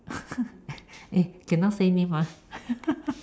eh cannot say name ah